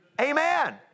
Amen